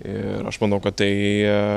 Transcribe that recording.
ir aš manau kad tai